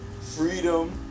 Freedom